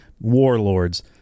warlords